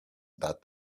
that